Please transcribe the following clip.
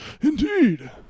Indeed